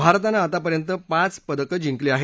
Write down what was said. भारतानं आतापर्यंत पाच पदकं जिंकली आहेत